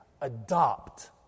adopt